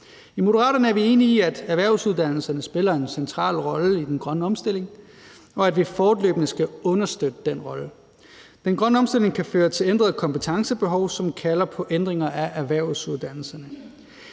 I Moderaterne er vi enige i, at erhvervsuddannelserne spiller en central rolle i den grønne omstilling, og at vi fortløbende skal understøtte den rolle. Den grønne omstilling kan føre til ændrede kompetencebehov, som kalder på ændringer af erhvervsuddannelserne.